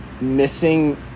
missing